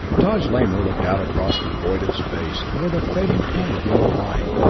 taj lamor looked out across the void of space toward a fading point of yellow light.